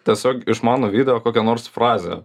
tiesiog iš mano video kokią nors frazę